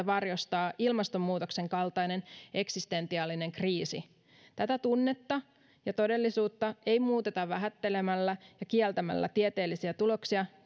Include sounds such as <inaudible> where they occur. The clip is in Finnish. <unintelligible> varjostaa ilmastonmuutoksen kaltainen eksistentiaalinen kriisi tätä tunnetta ja todellisuutta ei muuteta vähättelemällä ja kieltämällä tieteellisiä tuloksia <unintelligible>